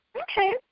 Okay